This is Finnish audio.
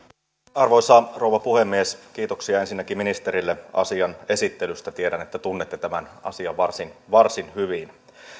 arvoisa rouva puhemies kiitoksia ensinnäkin ministerille asian esittelystä tiedän että tunnette tämän asian varsin varsin hyvin